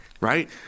Right